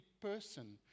person